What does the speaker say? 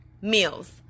Meals